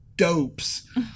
dopes